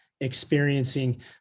experiencing